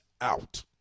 out